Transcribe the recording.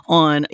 on